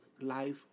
life